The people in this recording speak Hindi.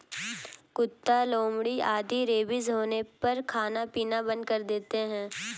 कुत्ता, लोमड़ी आदि रेबीज होने पर खाना पीना बंद कर देते हैं